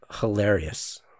hilarious